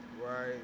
Right